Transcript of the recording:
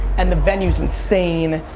and the venue's insane,